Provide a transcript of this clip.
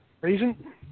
Reason